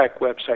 website